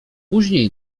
później